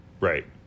Right